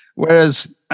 Whereas